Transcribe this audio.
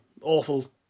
awful